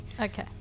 Okay